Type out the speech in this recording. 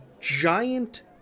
giant